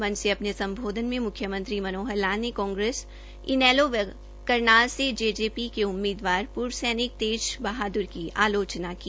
मंच से अपने सम्बोधन में मुख्यमंत्री मनोहर लाल ने कांग्रेस इनेलो व करनाल से जेजेपी के उम्मीदवार पूर्व सैनिक तेज बहादुर की आलोचना की